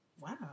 wow